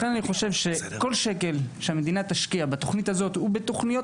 לכן אני חושב שכל שקל שהמדינה תשקיע בתוכנית הזאת ובתוכניות